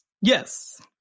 Yes